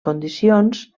condicions